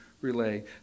relay